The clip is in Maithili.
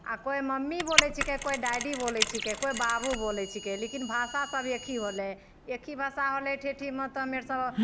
आओर कोइ मम्मी बोलै छिकै कोइ डैडी बोलै छिकै कोइ बाबू बोलै छिकै लेकिन भाषा सब एकहि होलै एकहि भाषा होलै ठेठीमे तऽ मेरसे